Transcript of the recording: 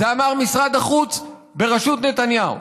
את זה אמר משרד החוץ בראשות נתניהו.